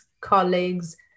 colleagues